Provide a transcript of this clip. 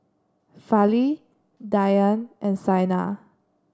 Fali Dhyan and Saina